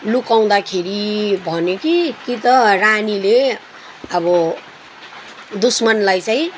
लुकाउँदाखेरि भन्यो कि कि त रानीले अब दुश्मनलाई चाहिँ